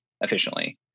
efficiently